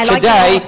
today